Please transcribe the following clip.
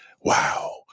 wow